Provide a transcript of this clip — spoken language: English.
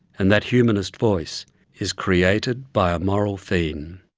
and that humanist voice is created by a moral phene.